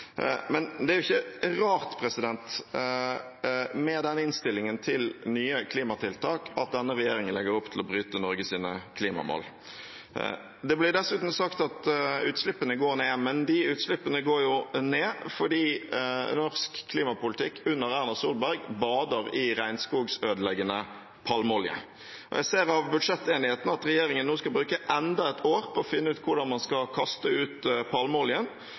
Men med den innstillingen til nye klimatiltak er det jo ikke rart at denne regjeringen legger opp til å bryte Norges klimamål. Det blir dessuten sagt at utslippene går ned, men de utslippene går jo ned fordi norsk klimapolitikk under Erna Solberg bader i regnskogødeleggende palmeolje. Jeg ser av budsjettenigheten at regjeringen nå skal bruke enda et år på å finne ut hvordan man skal kaste ut palmeoljen.